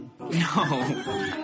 no